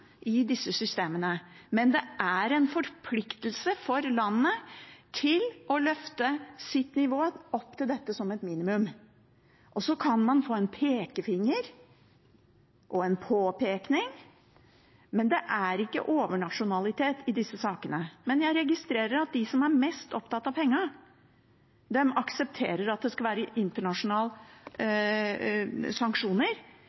i disse systemene, men det er en forpliktelse for landet til å løfte sitt nivå opp til dette som et minimum. Og så kan man få en pekefinger og en påpekning, men det er ikke overnasjonalitet i disse sakene. Jeg registrerer at de som er mest opptatt av pengene, aksepterer at det skal være internasjonale